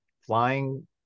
flying